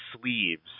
sleeves